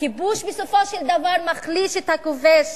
הכיבוש בסופו של דבר מחליש את הכובש,